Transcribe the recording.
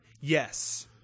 Yes